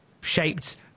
shaped